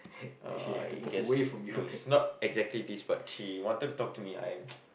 I guess no it's not exactly this but she wanted to talk to me I